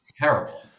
terrible